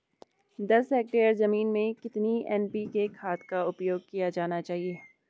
दस हेक्टेयर जमीन में कितनी एन.पी.के खाद का उपयोग किया जाना चाहिए?